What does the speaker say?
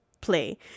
play